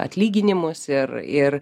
atlyginimus ir ir